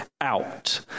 out